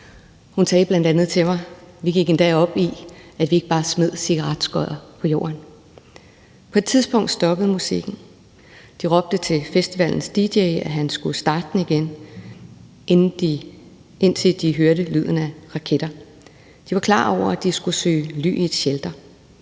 Hun sagde bl.a. til mig: Vi gik endda op i, at vi ikke bare smed cigaretskodder på jorden. På et tidspunkt stoppede musikken, og de råbte til festivalens dj, at han skulle starte den igen, indtil de hørte lyden af raketter. De var klar over, at de skulle søge ly i et shelter.